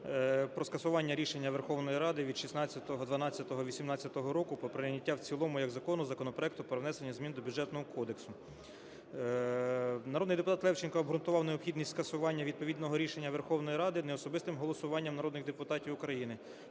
про скасування рішення Верховної Ради від 06.12.2018 року про прийняття в цілому як закону законопроекту про внесення змін до Бюджетного кодексу. Народний депутат Левченко обґрунтував необхідність скасування відповідного рішення Верховної Ради неособистим голосуванням народних депутатів України,